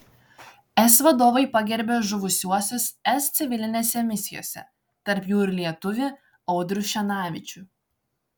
es vadovai pagerbė žuvusiuosius es civilinėse misijose tarp jų ir lietuvį audrių šenavičių